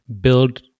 build